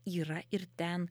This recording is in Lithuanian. yra ir ten